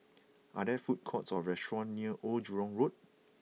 are there food courts or restaurants near Old Jurong Road